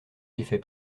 l’effet